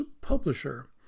publisher